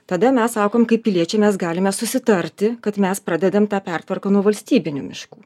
tada mes sakom kaip piliečiai mes galime susitarti kad mes pradedam tą pertvarką nuo valstybinių miškų